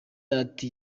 ati